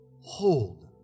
hold